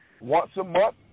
once-a-month